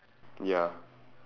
ya